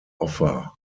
offer